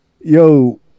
yo